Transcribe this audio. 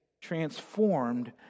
transformed